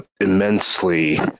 immensely